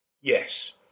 Yes